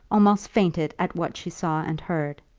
almost fainted at what she saw and heard.